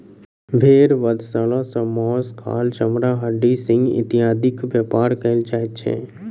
भेंड़ बधशाला सॅ मौस, खाल, चमड़ा, हड्डी, सिंग इत्यादिक व्यापार कयल जाइत छै